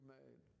made